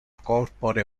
corpore